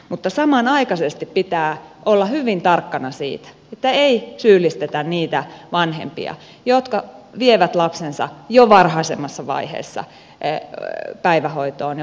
mutta samanaikaisesti pitää olla hyvin tarkkana siitä että ei syyllistetä niitä vanhempia jotka vievät lapsensa jo varhaisemmassa vaiheessa päivähoitoon ja varhaiskasvatuksen piiriin